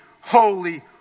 holy